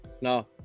No